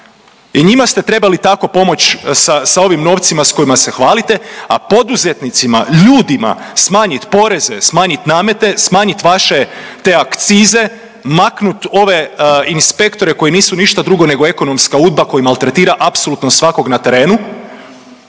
i njima ste trebali tako pomoć sa ovim novcima s kojima se hvalite. A poduzetnicima, ljudima smanjit poreze, smanjit namete, smanjit vaše te akcize, maknut ove inspektore koji nisu ništa drugo nego ekonomska Udba koja maltretira apsolutno svakog na terenu